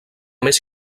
més